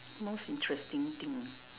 most interesting thing